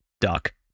Duck